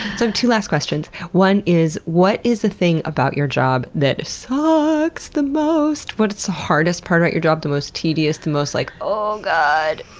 so, two last questions. one is, what is the thing about your job that so suuuucks the most? what's the hardest part about your job? the most tedious? the most, like, oooh god.